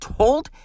told